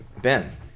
Ben